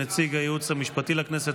אנחנו מדברים על הצעת חוק המרכז לגביית קנסות,